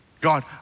God